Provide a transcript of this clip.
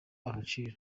agaciro